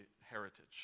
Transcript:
heritage